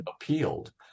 appealed